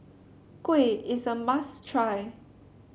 kuih is a must try